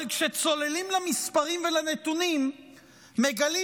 אבל כשצוללים למספרים ולנתונים מגלים